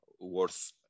worth